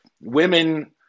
women